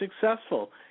successful